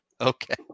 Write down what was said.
Okay